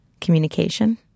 Communication